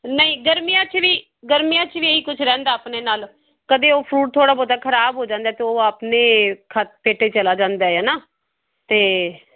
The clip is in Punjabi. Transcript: ਨਹੀਂ ਗਰਮੀਆਂ 'ਚ ਵੀ ਗਰਮੀਆਂ ਚ ਵੀ ਇਹੀ ਕੁਛ ਰਹਿੰਦਾ ਆਪਣੇ ਨਾਲ ਕਦੇ ਉਹ ਫਰੂਟ ਥੋੜ੍ਹਾ ਬਹੁਤਾ ਖ਼ਰਾਬ ਹੋ ਜਾਂਦਾ ਅਤੇ ਉਹ ਆਪਣੇ ਖਾਤੇ 'ਤੇ ਚਲਾ ਜਾਂਦਾ ਹੈ ਨਾ ਅਤੇ